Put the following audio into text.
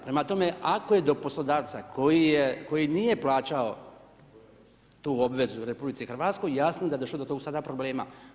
Prema tome, ako je do poslodavca koji nije plaćao tu obvezu RH, jasno da je došlo tu sada do problema.